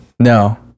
No